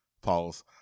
Pause